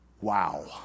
Wow